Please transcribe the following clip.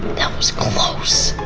that was close!